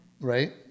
right